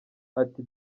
ati